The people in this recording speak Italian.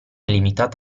limitata